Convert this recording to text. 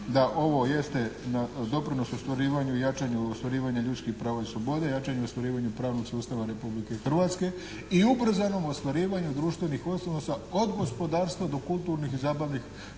da ovo jeste doprinos ostvarivanju i jačanju ostvarivanja ljudskih prava i slobode, jačanju i ostvarivanju pravnog sustava Republike Hrvatske i ubrzanom ostvarivanju društvenih odnosa od gospodarstva do kulturnih i zabavnih sadržaja